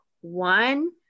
one